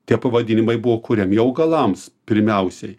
tie pavadinimai buvo kuriami augalams pirmiausiai